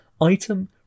item